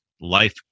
Life